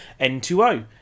N2O